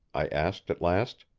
i asked at last.